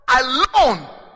alone